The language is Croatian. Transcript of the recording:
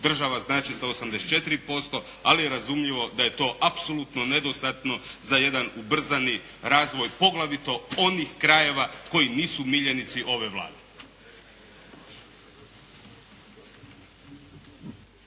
država znači sa 84%, ali je razumljivo da je to apsolutno nedostatno za jedan ubrzani razvoj poglavito onih krajeva koji nisu miljenici ove Vlade.